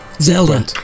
Zelda